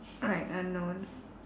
right unknown